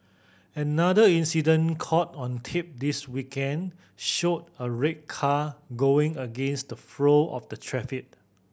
another incident caught on tape this weekend showed a red car going against the flow of the traffic